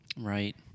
Right